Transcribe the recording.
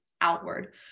outward